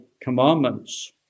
commandments